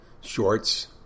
shorts